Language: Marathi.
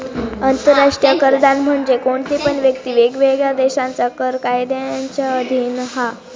आंतराष्ट्रीय कराधान म्हणजे कोणती पण व्यक्ती वेगवेगळ्या देशांच्या कर कायद्यांच्या अधीन हा